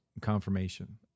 confirmation